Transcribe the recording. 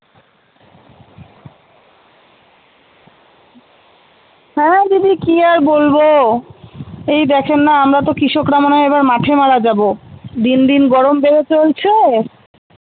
হ্যাঁ দিদি কি আর বলবো এই দেখেন না আমরা তো কৃষকরা মনে হয় এবার মাঠে মারা যাবো দিন দিন গরম বেড়ে চলছে